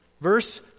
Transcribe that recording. Verse